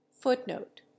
Footnote